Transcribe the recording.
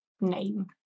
name